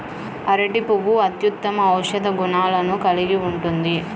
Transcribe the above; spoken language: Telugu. అరటి పువ్వు అత్యుత్తమ ఔషధ గుణాలను కలిగి ఉంటుంది